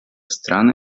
страны